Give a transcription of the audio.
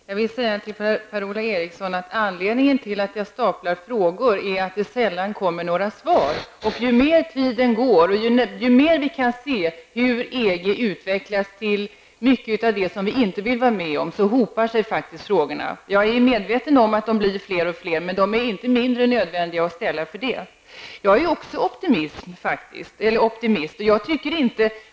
Herr talman! Jag vill till Per-Ola Eriksson säga att anledningen till att jag staplar frågor är att jag sällan får några svar. Ju mer tiden går och ju mer EG utvecklas till mycket av det som vi inte vill vara med om, desto större blir anhopningen av frågor. Jag är medveten om att frågorna blir fler och fler, men de är inte mindre angelägna att ställa för det. Också jag är optimist.